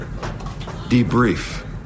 debrief